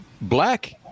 black